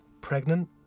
Pregnant